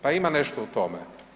Pa ima nešto u tome.